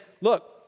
look